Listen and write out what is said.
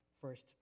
first